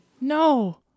No